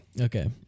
Okay